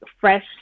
fresh